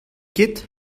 ket